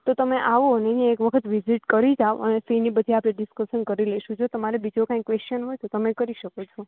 તો તમે આવો અહીં એકવખત વિઝિટ કરી જાઓ અને ફીને બધી આપણે ડિસક્સન કરી લેશું જો તમારે બીજો કાંઇ ક્વેશ્ચન હોય તો તમે કરી શકો છો